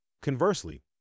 Conversely